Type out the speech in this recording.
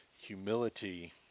humility